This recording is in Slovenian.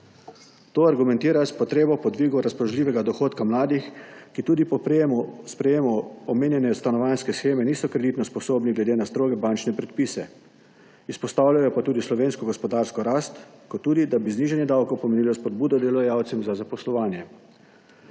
To argumentirajo s potrebo po dvigu razpoložljivega dohodka mladih, ki tudi po sprejetju omenjene stanovanjske sheme niso kreditno sposobni glede na stroge bančne predpise, izpostavljajo pa tudi slovensko gospodarsko rast in da bi znižanje davkov pomenilo spodbudo delodajalcem za zaposlovanje.